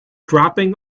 dropping